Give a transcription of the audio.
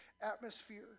atmosphere